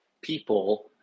people